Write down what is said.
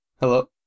Hello